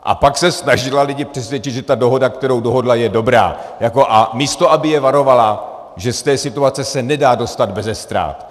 A pak se snažila lidi přesvědčit, že ta dohoda, kterou dohodla, je dobrá, místo aby je varovala, že z té situace se nedá dostat beze ztrát.